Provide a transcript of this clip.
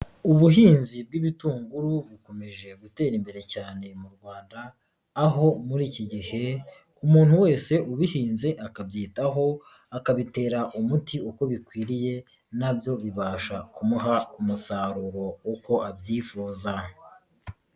Ubuhinzi bw'ibitunguru bukomeje gutera imbere cyane mu Rwanda, aho muri iki gihe umuntu wese ubihinze akabyitaho akabitera umuti uko bikwiriye na byo bibasha kumuha umusaruro uko abyifuza.